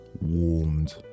warmed